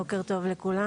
בוקר טוב לכולם,